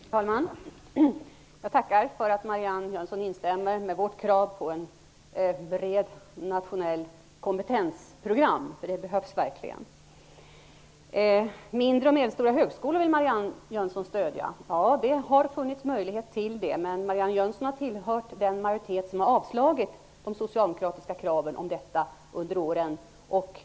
Herr talman! Jag tackar för att Marianne Jönsson instämmer i vårt krav på ett brett nationellt kompetensprogram, för det behövs verkligen. Marianne Jönsson vill stödja mindre och medelstora högskolor. Det har funnits möjlighet till det, men Marianne Jönsson har tillhört den majoritet som har avslagit de socialdemokratiska kraven om detta under åren.